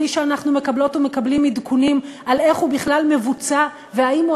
בלי שאנחנו מקבלות ומקבלים עדכונים על איך ובכלל מבוצע והאם הוא